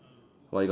what you got